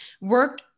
work